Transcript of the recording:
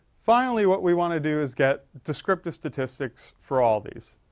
finally, what we want to do, is get descriptive statistics for all these.